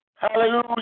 Hallelujah